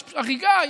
יש הריגה,